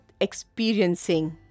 experiencing